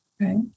Right